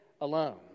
alone